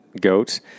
goats